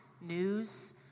news